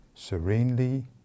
serenely